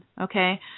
okay